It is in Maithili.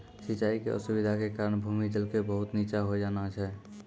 सिचाई के असुविधा के कारण भूमि जल के बहुत नीचॅ होय जाना छै